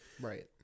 Right